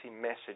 message